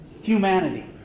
humanity